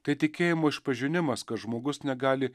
tai tikėjimo išpažinimas kad žmogus negali